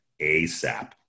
ASAP